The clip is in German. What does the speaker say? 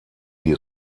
die